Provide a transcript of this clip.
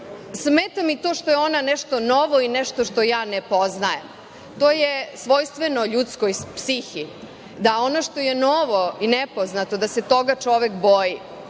Smeta mi to što je ona nešto novo i nešto što ne poznajem, to je svojstveno ljudskoj psihi, da ono što je novo i nepoznato, da se toga čovek boji.U